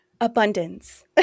Abundance